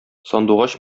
сандугач